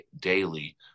daily